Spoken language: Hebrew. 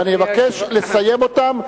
ואני אבקש לסיים בהן,